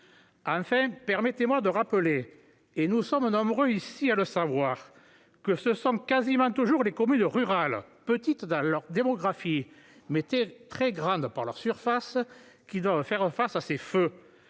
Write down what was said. ! Permettez-moi de rappeler- nous sommes nombreux ici à le savoir -que ce sont presque toujours les communes rurales, petites par leur démographie, mais très grandes par leur surface, qui doivent faire face à ces feux.